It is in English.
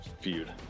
feud